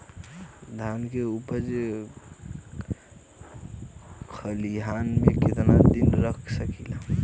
धान के उपज खलिहान मे कितना दिन रख सकि ला?